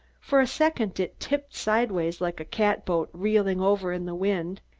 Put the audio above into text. for a second it tipped sidewise like a cat boat reeling over in the wind,